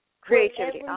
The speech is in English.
Creativity